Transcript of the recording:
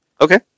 okay